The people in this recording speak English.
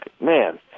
man